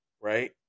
right